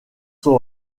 son